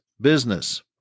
business